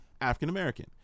African-American